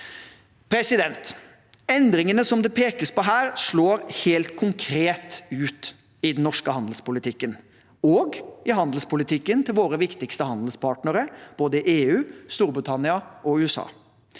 med Kina. Endringene som det pekes på her, slår helt konkret ut i den norske handelspolitikken og i handelspolitikken til våre viktigste handelspartnere, både EU, Storbritannia og USA.